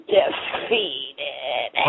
defeated